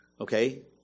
Okay